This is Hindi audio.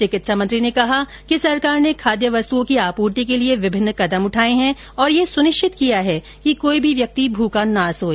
चिकित्सा मंत्री ने कहा कि सरकार ने खाद्य वस्तुओं की आपूर्ति के लिए विभिन्न कदम उठाए है और यह सुनिश्चित किया है कि कोई भी व्यक्ति भूखा न सोए